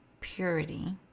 purity